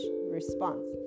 response